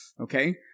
Okay